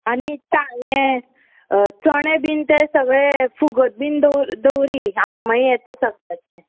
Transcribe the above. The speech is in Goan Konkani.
आनी तां हें चणे बीन तें सगळें फुगत बीन दवर दवरी हांव मागीर येता सकाळचें